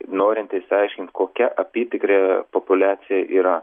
norint išsiaiškint kokia apytikrė populiacija yra